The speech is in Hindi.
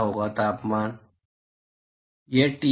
क्या होगा तापमान क्या होगा